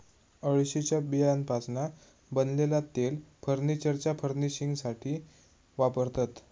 अळशीच्या बियांपासना बनलेला तेल फर्नीचरच्या फर्निशिंगसाथी वापरतत